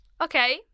okay